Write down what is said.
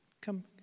come